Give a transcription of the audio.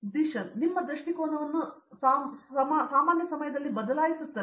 ಝೀಶನ್ ನಿಮ್ಮ ದೃಷ್ಟಿಕೋನವನ್ನು ಸಾಮಾನ್ಯ ಸಮಯದಲ್ಲಿ ಬದಲಾಯಿಸುತ್ತದೆ